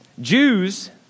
Jews